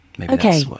Okay